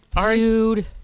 Dude